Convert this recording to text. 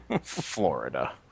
Florida